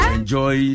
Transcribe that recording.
Enjoy